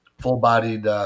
full-bodied